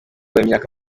w’imyaka